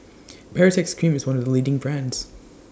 Baritex Cream IS one of The leading brands